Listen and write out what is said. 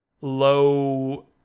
Low